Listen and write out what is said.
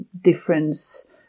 difference